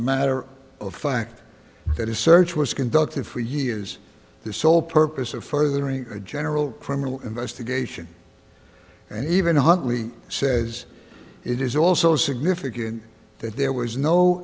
a matter of fact that is search was conducted for years the sole purpose of furthering a general criminal investigation and even huntley says it is also significant that there was no